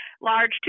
large